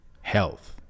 health